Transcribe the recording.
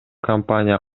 компания